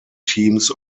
teams